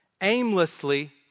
aimlessly